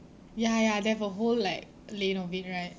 ya ya they have a whole like lane of it right